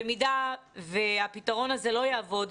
במידה והפתרון הזה לא יעבוד,